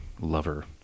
lover